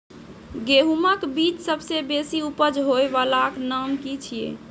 गेहूँमक बीज सबसे बेसी उपज होय वालाक नाम की छियै?